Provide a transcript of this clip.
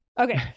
Okay